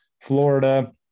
Florida